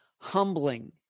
humbling